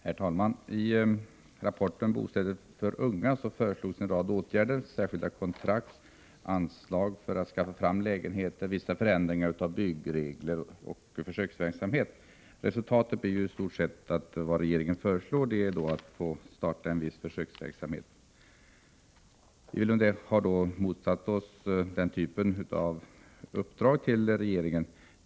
Herr talman! I rapporten Bostäder för unga föreslås en rad åtgärder — särskilda kontrakt, anslag för att skaffa fram lägenheter, vissa förändringar av byggregler samt viss försöksverksamhet. Resultatet blir i stort sett att regeringen föreslår att man startar en viss försöksverksamhet. Vi har motsatt oss den typen av uppdrag till regeringen.